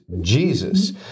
Jesus